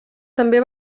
també